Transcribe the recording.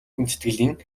хүндэтгэлийн